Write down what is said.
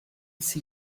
see